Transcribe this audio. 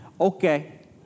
okay